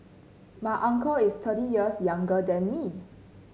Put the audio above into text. my uncle is thirty years younger than me